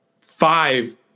five